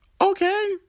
okay